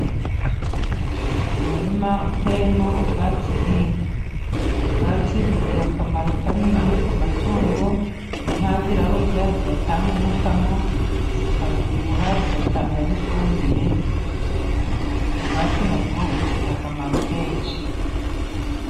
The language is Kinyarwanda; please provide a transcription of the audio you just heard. Umurima uteyemo ubwatsi bw'inka. Ubwatsi bugira akamaro kanini ku matungo, inka ziraburya, zigatanga umukamo, zikabyibuha, bugatanga n'ifumbire, ubwatsi na bwo bufite akamaro kenshi.